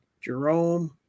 Jerome